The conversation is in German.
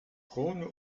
krone